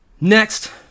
Next